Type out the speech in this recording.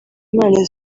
impano